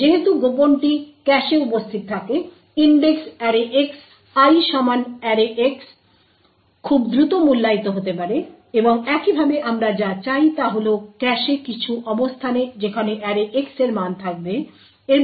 তাই যেহেতু গোপনটি ক্যাশে উপস্থিত থাকে ইনডেক্স অ্যারেxI সমান অ্যারেx খুব দ্রুত মূল্যায়িত হতে পারে এবং একইভাবে আমরা যা চাই তা হল ক্যাশে কিছু অবস্থানে যেখানে অ্যারেx এর মান থাকবে